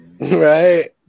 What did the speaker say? Right